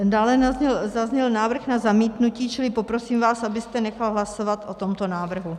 Dále zazněl návrh na zamítnutí, čili vás poprosím, abyste nechal hlasovat o tomto návrhu.